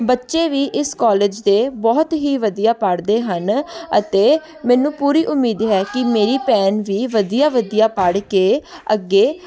ਬੱਚੇ ਵੀ ਇਸ ਕਾਲਜ ਦੇ ਬਹੁਤ ਹੀ ਵਧੀਆ ਪੜ੍ਹਦੇ ਹਨ ਅਤੇ ਮੈਨੂੰ ਪੂਰੀ ਉਮੀਦ ਹੈ ਕਿ ਮੇਰੀ ਭੈਣ ਵੀ ਵਧੀਆ ਵਧੀਆ ਪੜ੍ਹ ਕੇ ਅੱਗੇ